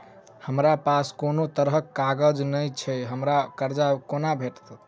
हमरा पास कोनो तरहक कागज नहि छैक हमरा कर्जा कोना भेटत?